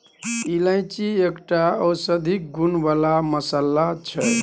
इलायची एकटा औषधीय गुण बला मसल्ला छै